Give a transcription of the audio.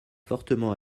fortement